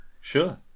Sure